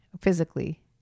physically